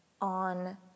on